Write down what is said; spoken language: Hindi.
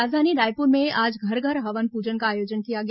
राजधानी रायपुर में आज घर घर हवन पूजन का आयोजन किया गया